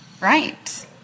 Right